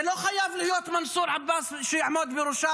זה לא חייב להיות מנסור עבאס שיעמוד בראש,